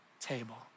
table